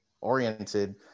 oriented